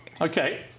Okay